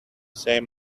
same